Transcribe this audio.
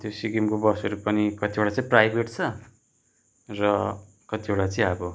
त्यो सिक्किमको बसहरू पनि कतिवटा चाहिँ प्राइभेट छ र कतिवटा चाहिँ अब